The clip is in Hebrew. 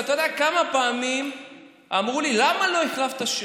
ואתה יודע כמה פעמים אמרו לי: למה לא החלפת שם?